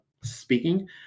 speaking